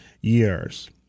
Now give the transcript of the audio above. years